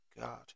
god